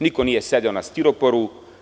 Niko nije sedo na stiroporu.